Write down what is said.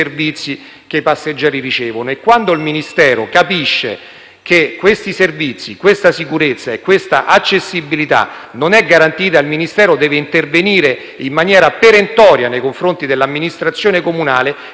e quando capisce che questi criteri non sono garantiti, il Ministero deve intervenire in maniera perentoria nei confronti dell'amministrazione comunale e impedire una scelta stupida e sbagliata di un'amministrazione